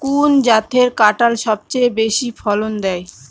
কোন জাতের কাঁঠাল সবচেয়ে বেশি ফলন দেয়?